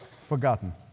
forgotten